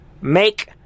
make